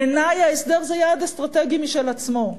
בעיני, ההסדר הוא יעד אסטרטגי כשלעצמו.